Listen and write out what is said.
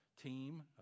Team